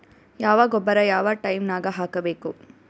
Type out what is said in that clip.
ಯಾವ ಗೊಬ್ಬರ ಯಾವ ಟೈಮ್ ನಾಗ ಹಾಕಬೇಕು?